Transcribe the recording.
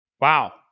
Wow